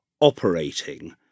operating